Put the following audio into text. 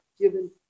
given